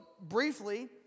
briefly